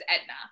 Edna